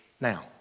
now